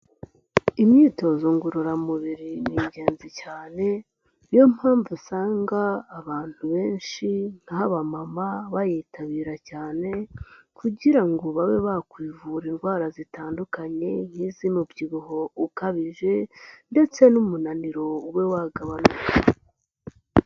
Imyitozo ngororamubiri, ni ingenzi cyane, niyo mpamvu usanga abantu benshi nk'abama, bayitabira cyane kugira ngo babe bakwivura indwara zitandukanye nk'iz'umubyibuho ukabije ndetse n'umunaniro ube wagabanuka.